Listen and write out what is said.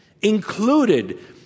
Included